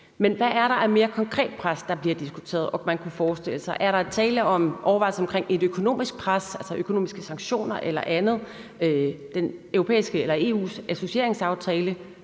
Men hvad er det for et mere konkret pres, der bliver diskuteret og man kunne forestille sig? Er der tale om en overvejelse omkring et økonomisk pres, altså økonomiske sanktioner eller andet? Der er EU's associeringsaftale,